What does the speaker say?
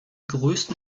größten